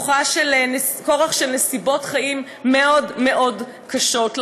כורח של נסיבות חיים מאוד מאוד קשות,